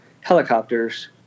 helicopters